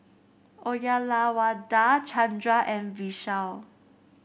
Uyyalawada Chandra and Vishal